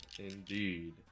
Indeed